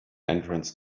entrance